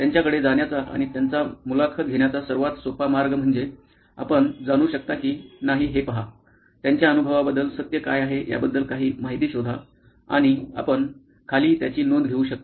त्यांच्याकडे जाण्याचा आणि त्यांचा मुलाखत घेण्याचा सर्वात सोपा मार्ग म्हणजे आपण जाणू शकता की नाही हे पहा त्यांच्या अनुभवाबद्दल सत्य काय आहे याबद्दल काही माहिती शोधा आणि आपण खाली त्याची नोंद घेऊ शकता